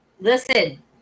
Listen